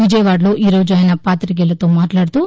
విజయవాడలో ఈరోజు ఆయన పాతికేయులతో మాట్లాడుతూ